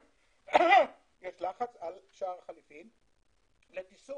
- יש לחץ על שער החליפין לתיסוף,